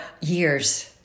years